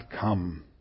come